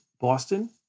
Boston